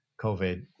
COVID